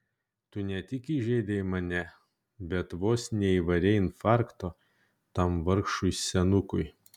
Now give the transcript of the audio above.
tu ne tik įžeidei mane bet vos neįvarei infarkto tam vargšui senukui